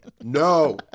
no